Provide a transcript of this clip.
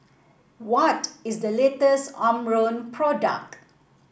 what is the latest Omron product